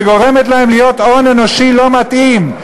שגורמים להם להיות הון אנושי לא מתאים.